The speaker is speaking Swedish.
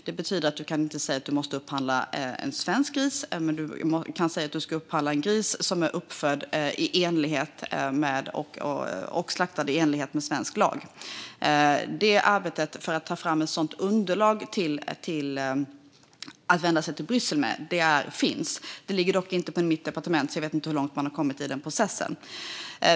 Det betyder att du inte kan säga att man måste upphandla en svensk gris, men du kan säga att man ska upphandla en gris som är uppfödd och slaktad i enlighet med svensk lag. Arbetet för att ta fram ett sådant underlag att vända sig till Bryssel med finns. Det ligger dock inte på mitt departement, så jag vet inte hur långt man har kommit i den processen.